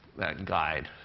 that guide.